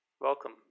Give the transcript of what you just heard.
Welcome